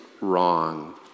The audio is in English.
wrong